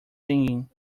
singing